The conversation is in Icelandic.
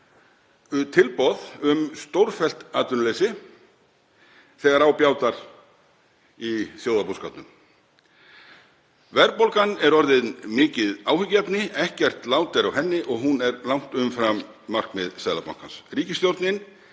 tilboð um stórfellt atvinnuleysi þegar á bjátar í þjóðarbúskapnum. Verðbólgan er orðin mikið áhyggjuefni. Ekkert lát er á henni og hún er langt umfram markmið Seðlabankans. Ríkisstjórnin